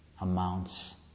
amounts